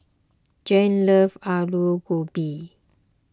Jann loves Alu Gobi